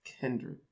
Kendrick